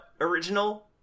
original